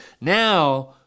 Now